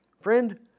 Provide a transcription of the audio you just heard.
Friend